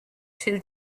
two